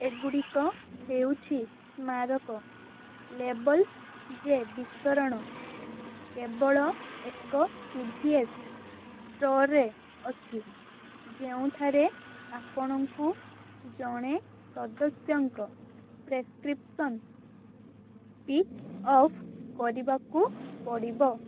ଏଗୁଡ଼ିକ ହେଉଛି ସ୍ମାରକ ଲେବଲ୍ ଯେ ବିତରଣ କେବଳ ଏକ ସିଭିଏସ୍ ଷ୍ଟୋର୍ରେ ଅଛି ଯେଉଁଠାରେ ଆପଣଙ୍କୁ ଜଣେ ସଦସ୍ୟଙ୍କ ପ୍ରେସକ୍ରିପ୍ସନ୍ ପିକ୍ ଅଫ୍ କରିବାକୁ ପଡ଼ିବ